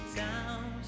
down